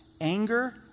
anger